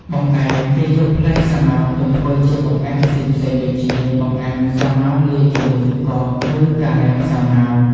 បង្អែម គេយកផ្លែសាវម៉ាវទៅធ្វើជាបង្អែមផ្សេងៗដូចជា បង្អែមសាវម៉ាវលាយជាមួយទឹកកក ឬ ការ៉េមសាវម៉ាវ។